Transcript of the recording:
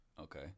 Okay